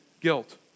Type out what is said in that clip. guilt